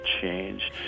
change